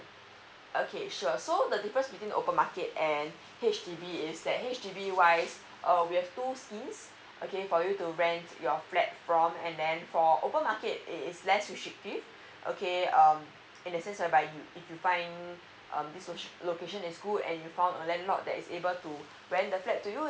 okay sure so the difference between open market and H_D_B is that H_D_B wise uh we have two schemes okay for you to rent your flat from and then for open market it is less okay um in the sense where by you if you find um this um location is good and found a landlord that is able to rent the flat to you